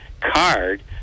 card